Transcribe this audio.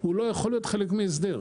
הוא לא יכול להיות חלק מהסדר.